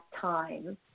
time